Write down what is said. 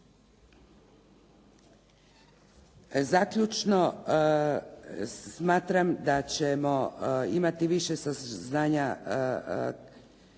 Zaključno, smatram da ćemo imati više saznanja